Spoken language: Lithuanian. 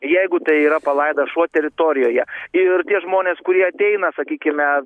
ir jeigu tai yra palaidas šuo torijoje ir tie žmonės kurie ateina sakykime